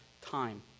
time